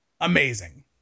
Amazing